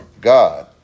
God